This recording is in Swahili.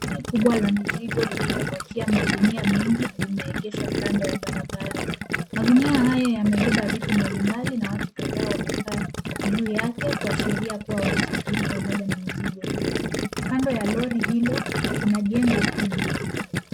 Lori kubwa la mizigo lililopakia magunia mengi limeegeshwa kando ya barabara. Magunia hayo yamebeba vitu mbalimbali na watu kadhaa wamekaa juu yake kuashiria kuwa wanasafiri pamoja na mizigo hiyo. Kando ya lori hilo kuna jengo kubwa.